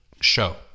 show